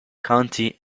county